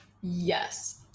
Yes